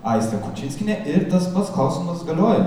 aistę kučinskienę ir tas pats klausimas galioja